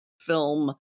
film